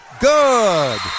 good